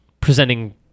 presenting